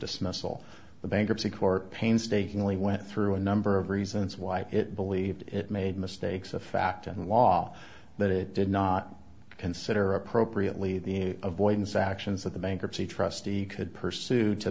dismissal the bankruptcy court painstakingly went through a number of reasons why it believed it made mistakes of fact and law that it did not consider appropriately the avoidance actions that the bankruptcy trustee could pursue to